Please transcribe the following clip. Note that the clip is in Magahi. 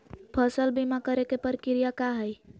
फसल बीमा करे के प्रक्रिया का हई?